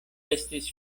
estis